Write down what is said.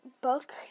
book